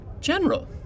General